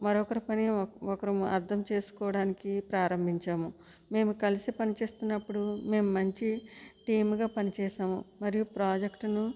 మరొకరి పని ఒకరము అర్థం చేసుకోవడానికి ప్రారంభించాము మేము కలిసి పని చేస్తున్నప్పుడు మేము మంచి టీముగా పనిచేసాము మరియు ప్రాజెక్టును